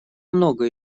много